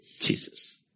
Jesus